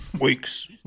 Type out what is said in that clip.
weeks